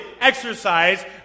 exercise